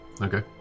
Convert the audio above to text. okay